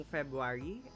February